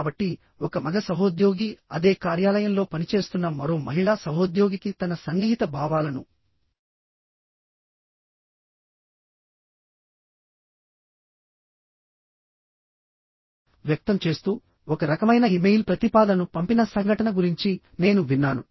కాబట్టి ఒక మగ సహోద్యోగి అదే కార్యాలయంలో పనిచేస్తున్న మరో మహిళా సహోద్యోగికి తన సన్నిహిత భావాలను వ్యక్తం చేస్తూ ఒక రకమైన ఇమెయిల్ ప్రతిపాదనను పంపిన సంఘటన గురించి నేను విన్నాను